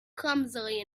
clumsily